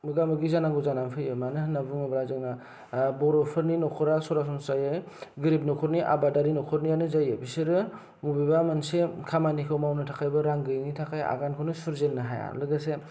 मोगा मोगि जानांगौ जानानै फैयो मानो होनना बुङोब्ला जोंहा बर'फोरनि नखरा सरासनस्रायै गोरिब नखरनि आबादारि नखरनियानो जायो बिसोरो बबेबा मोनसे खामानिखौ मावनो थाखाय रां गैयिनि थाखाय आगानखौनौ सुरजेननो हाया लोगोसे